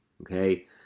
okay